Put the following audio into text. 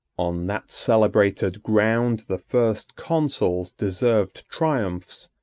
on that celebrated ground the first consuls deserved triumphs,